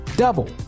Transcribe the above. Double